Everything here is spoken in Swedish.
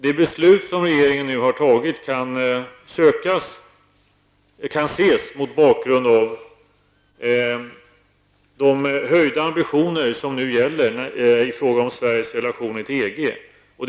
Det beslut som regeringen nu har fattat kan ses mot bakgrund av de höjda ambitioner som nu gäller i fråga om Sveriges relationer till EG.